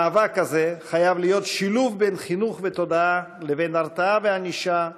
המאבק הזה חייב להיות שילוב של חינוך ותודעה ושל הרתעה וענישה,